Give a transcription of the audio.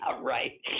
right